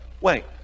wait